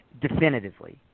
definitively